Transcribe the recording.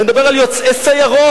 אני מדבר על יוצאי סיירות,